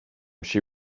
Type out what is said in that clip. she